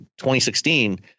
2016